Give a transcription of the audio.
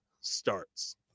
starts